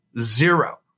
zero